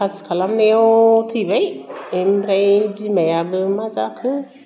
खासि खालामनायाव थैबाय एनिफ्राय बिमायाबो मा जाखो